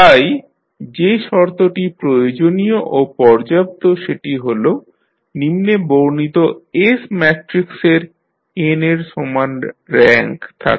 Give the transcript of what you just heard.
তাই যে শর্তটি প্রয়োজনীয় ও পর্যাপ্ত যেটি হল নিম্নে বর্ণিত S ম্যাট্রিক্সের n এর সমান র্যাঙ্ক থাকে